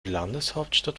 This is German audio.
landeshauptstadt